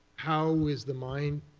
how is the mine,